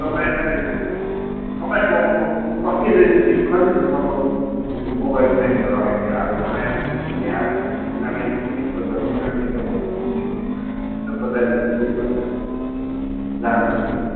तपाईँलाई तपाईँको कति रेन्जदेखि कतिसम्मको मोबाइल पाइन्छ होला अहिले हालमा नयाँ कुनै आएको छ कि पुरानै स्टकको छ कि नयाँ स्टकको छ यसो बताइदिनु हुन्छ कि भनेर नि दामहरू पनि